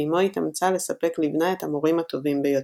ואמו התאמצה לספק לבנה את המורים הטובים ביותר.